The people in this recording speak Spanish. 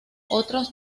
otros